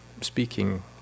speaking